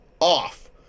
off